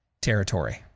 Territory